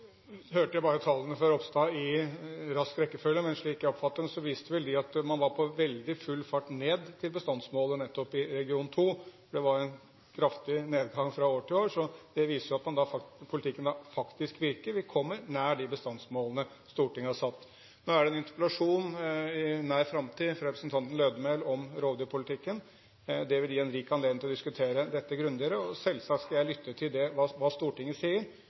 hørte jeg bare tallene fra Ropstad i rask rekkefølge, men slik jeg oppfattet dem, viste de vel at man var på veldig full fart ned til bestandsmålet, nettopp i region 2. Det var en kraftig nedgang fra år til år. Det viser jo at politikken faktisk virker. Vi kommer nær de bestandsmålene Stortinget har satt. Nå er det i nær framtid en interpellasjon fra representanten Lødemel om rovdyrpolitikken. Det vil gi en rik anledning til å diskutere dette grundigere, og selvsagt skal jeg lytte til hva Stortinget sier. Men det er også viktig at Stortinget